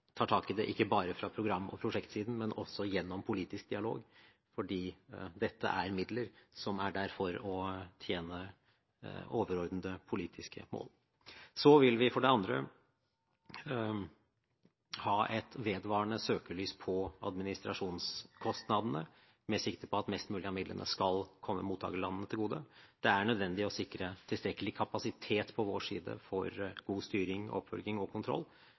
tar tak i det – ikke bare fra program- og prosjektsiden, men også gjennom politisk dialog, fordi dette er midler som er der for å tjene overordnete politiske mål. For det andre vil vi ha et vedvarende søkelys på administrasjonskostnadene, med sikte på at mest mulig av midlene skal komme mottakerlandene til gode. Det er nødvendig å sikre tilstrekkelig kapasitet på vår side for god styring, oppfølging og kontroll,